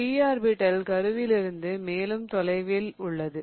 p orbital கருவில் இருந்து மேலும் தொலைவில் உள்ளது